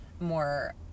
more